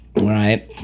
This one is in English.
Right